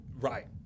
Right